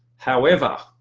however,